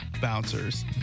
bouncers